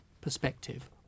perspective